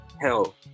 hell